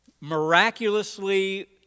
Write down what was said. miraculously